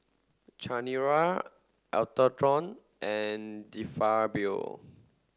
Chanira Atherton and De Fabio